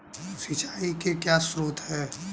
सिंचाई के क्या स्रोत हैं?